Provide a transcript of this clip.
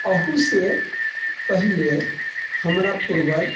अहू से पहिले हमरा पूर्वज